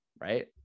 right